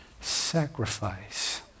sacrifice